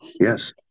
Yes